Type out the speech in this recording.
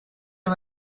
are